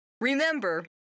Remember